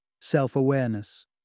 self-awareness